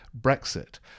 Brexit